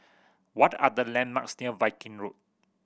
what are the landmarks near Viking Road